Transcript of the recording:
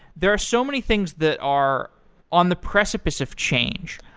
there are so many things that are on the precipice of change.